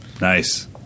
nice